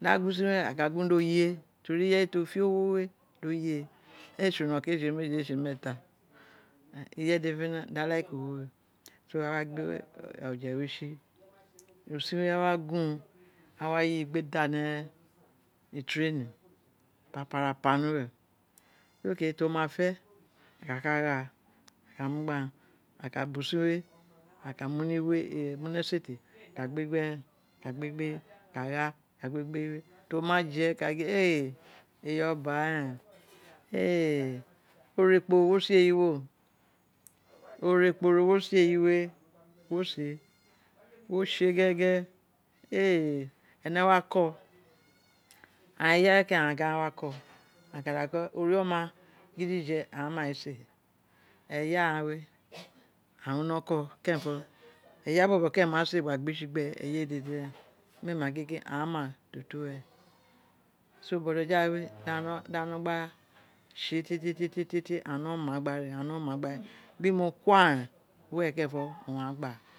ba gun si we aka gun do ye ken ireye ti o fe owo we do ye ee tse unokan ee tse mefi ee tre meeta ireye dede fenefene da like owo we so awa gbe oje we tsi, usin we awa gun awa yin gbe da neghen ni traini uwere okay to ma fe aka ka gha aka mu gbe aghan, aka bu usin we, aka mu ni esefe aka gbe gbe eyiwe aka gha aka gbe gbe eyiwe, to ma je to ma je ka gin e eyi oba ren e ore kporo wo se eyi oba ren e ore kporo wo se eyi we o, ore kporo wo se eyi we wo se, wo tse ghere ghere e ene wa ko, aghan eya keren aghan gin agha wa ko agha ka da ko, ore oma gidije aghan mai se eya ghan we aghan wino ko keren fo eya bobo ma se gba gbe tsi gbe re eye dede ren, mee ma gin gin aghan ma to to were, so boto jaiwe da no dagha no gba tse tietietie a ghan no ma gba re, aghan no ma gba re, bin mo ko aghan ren were keren fo owun aghan gba.